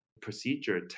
procedure